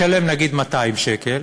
משלם נגיד 200 שקלים.